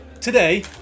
Today